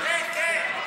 כן.